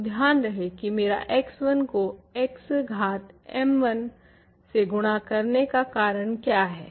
तो ध्यान रहे की मेरा x1 को x घाट m1 से गुणा करने का कारण क्या है